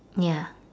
ya